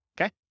okay